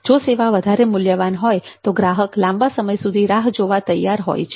જો સેવા વધારે મૂલ્યવાન હોય તો ગ્રાહક લાંબા સમય સુધી રાહ જોવા તૈયાર હોય છે